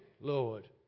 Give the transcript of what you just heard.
Lord